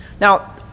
Now